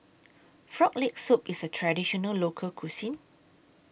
Frog Leg Soup IS A Traditional Local Cuisine